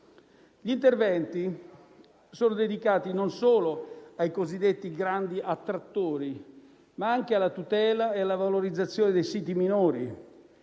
Gli interventi sono dedicati non solo ai cosiddetti grandi attrattori, ma anche alla tutela e alla valorizzazione dei siti minori.